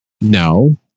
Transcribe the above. No